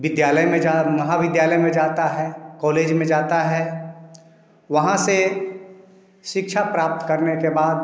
विद्यालय में जा महाविद्यालय जाता है कॉलेज में जाता है वहाँ से शिक्षा प्राप्त करने के बाद